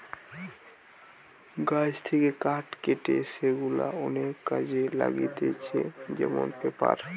গাছ থেকে কাঠ কেটে সেগুলা অনেক কাজে লাগতিছে যেমন পেপার